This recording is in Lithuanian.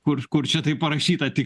kur kur čia taip parašyta tik